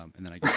um and then i